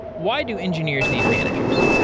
why do engineers need managers?